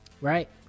Right